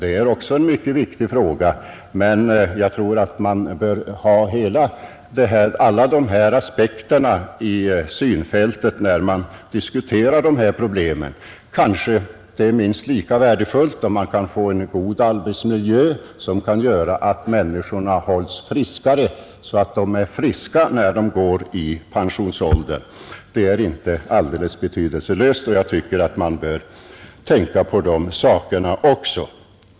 Jag anser att vi bör ha alla dessa aspekter i blickfältet, när vi diskuterar hithörande problem. Det kanske är lika viktigt och värdefullt att vi får en god arbetsmiljö, som gör att människorna kan behålla hälsan och vara friska när de går i pension. Det är längt ifrån betydelselöst att man tänker även på den sidan av saken.